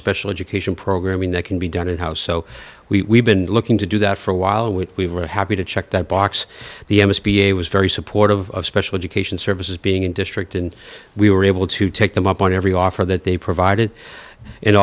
special education programming that can be done in house so we been looking to do that for a while when we were happy to check that box the s b a was very supportive of special education services being in district and we were able to take them up on every offer that they provided and